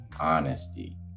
honesty